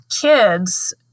kids